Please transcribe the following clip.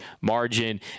margin